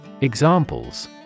Examples